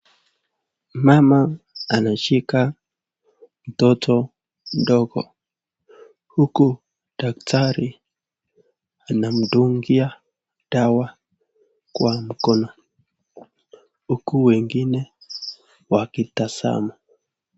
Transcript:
Mama anashika mtoto mdogo huku daktari anamdungia dawa kwa mkono huku wengine wakitazama.